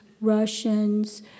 Russians